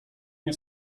nie